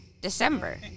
December